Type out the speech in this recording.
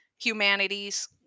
humanities